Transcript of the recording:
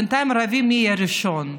בינתיים רבים מי יהיה הראשון.